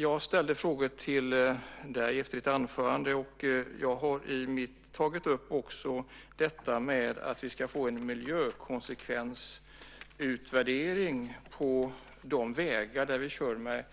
Jag ställde frågor till dig i mitt anförande, och jag har också tagit upp detta med att vi ska få en miljökonsekvensutvärdering på de vägar där vi kör med